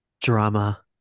Drama